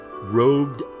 robed